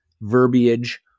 verbiage